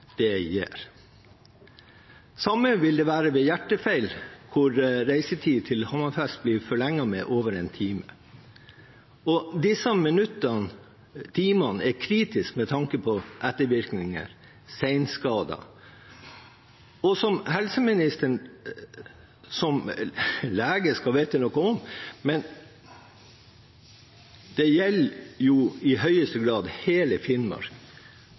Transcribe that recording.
det gir. Det samme vil det være ved hjertefeil, hvor reisetiden til Hammerfest blir forlenget med over en time. Disse minuttene og timene er kritiske med tanke på ettervirkninger og senskader – som helseministeren og leger vet noe om. Det gjelder i høyeste grad hele Finnmark.